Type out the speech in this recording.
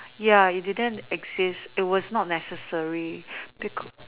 ya it didn't exist it was not necessary because